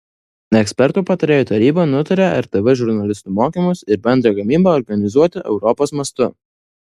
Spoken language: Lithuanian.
ekspertų patarėjų taryba nutarė rtv žurnalistų mokymus ir bendrą gamybą organizuoti europos mastu